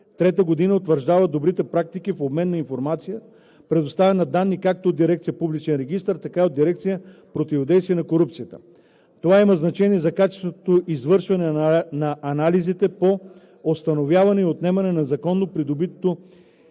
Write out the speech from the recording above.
трета година утвърждава добрите практики в обмен на информация, предоставяне на данни както от Дирекция „Публичен регистър“, така и от Дирекция „Противодействие на корупцията“ на Комисията. Това има значение за качественото извършване на анализите по установяване и отнемане на незаконно придобитото